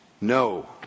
No